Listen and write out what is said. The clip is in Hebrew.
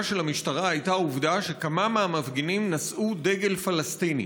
של המשטרה הייתה העובדה שכמה מהמפגינים נשאו דגל פלסטיני.